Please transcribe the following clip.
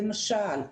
למשל,